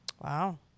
Wow